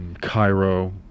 Cairo